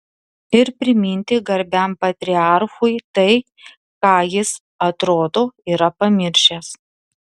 ir priminti garbiam patriarchui tai ką jis atrodo yra primiršęs